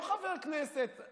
לא חבר כנסת.